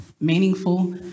meaningful